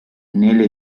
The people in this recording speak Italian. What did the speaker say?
nella